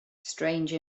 strange